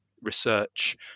research